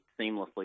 seamlessly